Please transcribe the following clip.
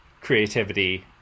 creativity